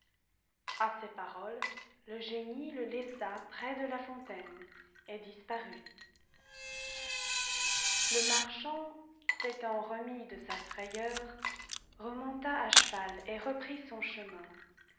à ces paroles le génie le laissa près de la fontaine et disparut le marchand s'étant remis de sa frayeur remonta à cheval et reprit son chemin